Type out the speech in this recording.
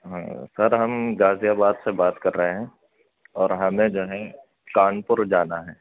سر ہم غازی آباد سے بات کر رہے ہیں اور ہمیں جو ہے کانپور جانا ہے